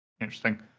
interesting